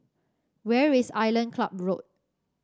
where is Island Club Road